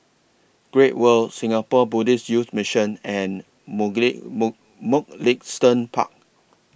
Great World Singapore Buddhist Youth Mission and Muglist Mug Mugliston Park